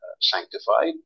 sanctified